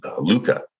Luca